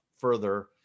further